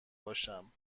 باشم